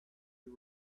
you